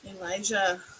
Elijah